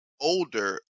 older